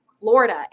florida